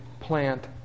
plant